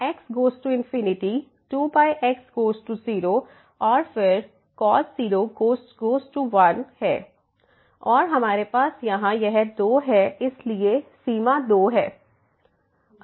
तो x goes to 2x goes to 0 और फिर cos 0 गोज़ टू 1 है और हमारे पास यहाँ यह 2 है इसलिए सीमा 2 है